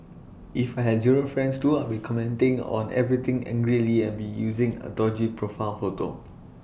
if I had zero friends too I'd be commenting on everything angrily and be using an dodgy profile photo